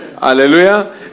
Hallelujah